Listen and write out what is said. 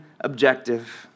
objective